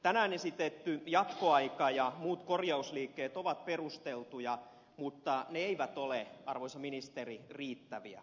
tänään esitetty jatkoaika ja muut korjausliikkeet ovat perusteltuja mutta ne eivät ole arvoisa ministeri riittäviä